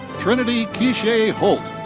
triniti kesha holt.